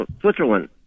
Switzerland